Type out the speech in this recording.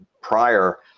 prior